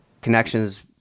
connections